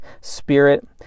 spirit